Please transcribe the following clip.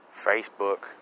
Facebook